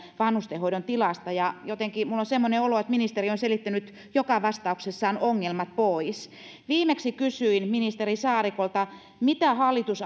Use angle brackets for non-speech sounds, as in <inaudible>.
vanhustenhoidon tilasta ja jotenkin minulla on semmoinen olo että ministeri on selittänyt joka vastauksessaan ongelmat pois viimeksi kysyin ministeri saarikolta mitä hallitus <unintelligible>